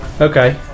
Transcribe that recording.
Okay